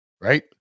Right